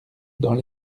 dans